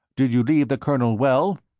did you leave the colonel well?